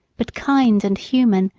but kind and human,